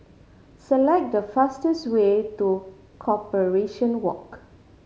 select the fastest way to Corporation Walk